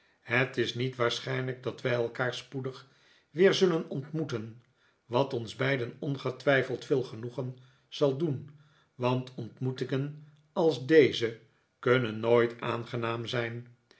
het is niet waarschijnlijk dat wij elkaar spoedig weer zullen ontmoeten wat ons beiden ongetwijfeld veel genoegen zal doen want ontmoetingen als deze kunnen nooit aangenaam zijn